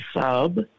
sub